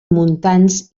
muntants